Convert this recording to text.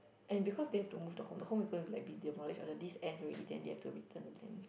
and because they have to move the home the home is going to be like demolished or the lease ends already then they have to return the land